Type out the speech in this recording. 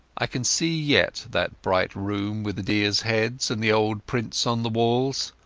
i can see yet that bright room with the deersa heads and the old prints on the walls,